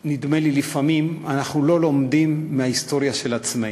נדמה לי, לפעמים לא לומדים מההיסטוריה של עצמנו,